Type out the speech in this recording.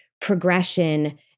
progression